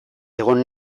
egon